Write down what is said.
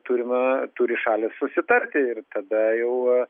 turima turi šalys susitarti ir tada jau